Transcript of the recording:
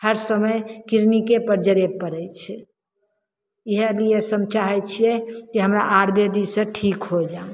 हर समय क्लिनीकेपर जरेब पड़य छै इएहे लिए सब चाहय छियै कि हमरा आयुर्वेदीसँ ठीक होइ जाइ